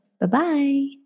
Bye-bye